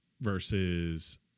versus